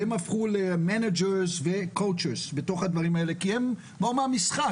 והם הפכו ל-Managers ול-Coachers כי הם באו מהמשחק.